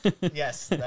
yes